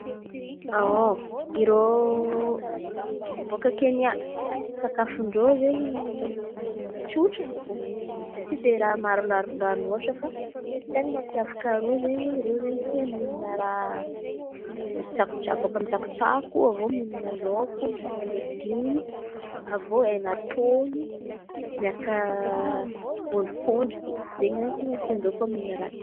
Irô baka Kenia, ia sakafon-drô zen̈y tsotrany fo, tsy de raha maro. Fa ten̈a mampiavaka irô zen̈y tia mihin̈a raha misy tsakotsako, baka amin’ny tsakotsako. Avô mihin̈a lôko miaraka legimo, avô hena tono miaraka ondrikondriky zen̈y àby raha tian-drô koa mihin̈a raha zen̈y.